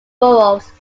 boroughs